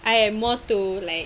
I am more to like